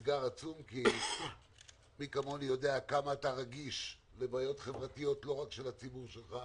כי מי כמוני יודע כמה אתה רגיש לבעיות חברתיות לא רק של הציבור שלך,